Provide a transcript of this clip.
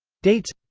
dates